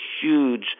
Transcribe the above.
huge